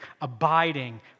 abiding